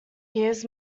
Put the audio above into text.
years